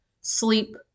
sleep